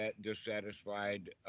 dissatisfied